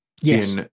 Yes